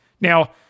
Now